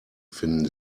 finden